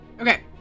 Okay